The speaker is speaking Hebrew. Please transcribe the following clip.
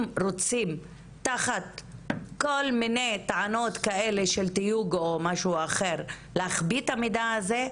רוצים תחת כל מיני טענות כאלה של תיוג או משהו אחר להחביא את המידע הזה,